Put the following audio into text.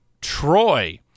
Troy